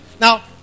Now